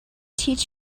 teach